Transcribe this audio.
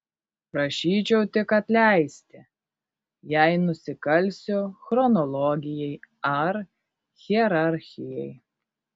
prašyčiau tik atleisti jei nusikalsiu chronologijai ar hierarchijai